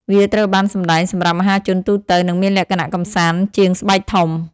វាត្រូវបានសម្តែងសម្រាប់ មហាជនទូទៅ និងមានលក្ខណៈ កម្សាន្ត ជាងស្បែកធំ។